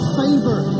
favor